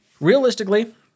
Realistically